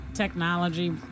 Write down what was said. Technology